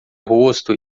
rosto